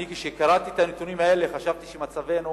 כשקראתי את הנתונים האלה חשבתי שמצבנו